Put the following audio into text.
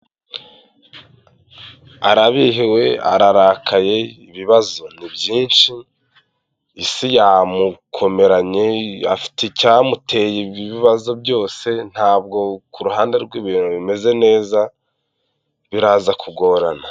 Arabihiwe, ararakaye, ibibazo ni byinshi, Isi yamukomeranye, afite icyamuteye ibibazo byose, ntabwo ku ruhande rwe ibintu bimeze neza, biraza kugorana.